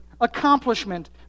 accomplishment